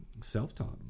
self-taught